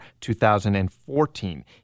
2014